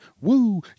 Woo